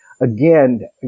Again